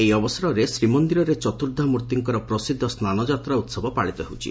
ଏହି ଅବସରରେ ଶ୍ରୀମନ୍ଦିରରେ ଚତୁର୍ବ୍ଧାମ୍ର୍ଭିଙ୍କର ପ୍ରସିଦ୍ଧ ସ୍ନାନଯାତ୍ରା ଉସ୍ଦ ପାଳିତ ହେଉଛି